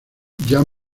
jan